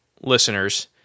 listeners